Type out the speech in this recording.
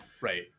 right